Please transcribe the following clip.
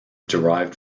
derived